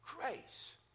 grace